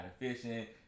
efficient